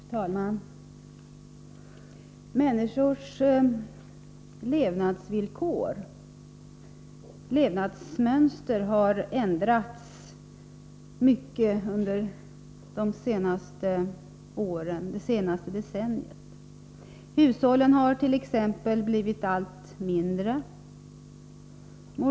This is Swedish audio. Fru talman! Människors levnadsvillkor och levnadsmönster har ändrats mycket under det senaste decenniet. Hushållen har t.ex. blivit allt mindre.